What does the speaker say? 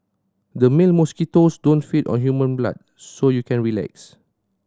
the male mosquitoes don't feed on human blood so you can relax